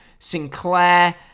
Sinclair